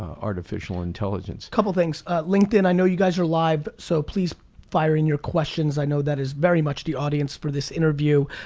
artificial intelligence. couple things. linkedin, i know you guys are live so please fire in your questions. i know that is very much the audience for this interview.